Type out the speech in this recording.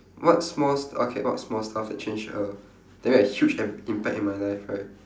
what small st~ okay what small stuff that change err that make a huge im~ impact in my life right